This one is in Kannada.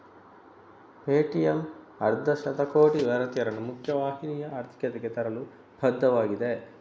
ಪೇಟಿಎಮ್ ಅರ್ಧ ಶತಕೋಟಿ ಭಾರತೀಯರನ್ನು ಮುಖ್ಯ ವಾಹಿನಿಯ ಆರ್ಥಿಕತೆಗೆ ತರಲು ಬದ್ಧವಾಗಿದೆ